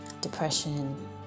depression